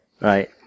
Right